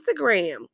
Instagram